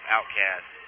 Outcast